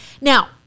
Now